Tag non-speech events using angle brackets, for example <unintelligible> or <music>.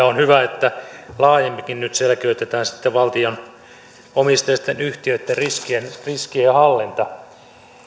<unintelligible> on hyvä että laajemminkin nyt selkeytetään sitten valtio omisteisten yhtiöiden riskienhallinta